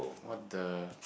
what the